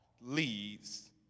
leads